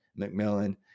McMillan